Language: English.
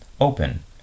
open